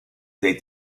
des